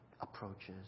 approaches